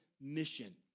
mission